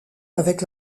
avec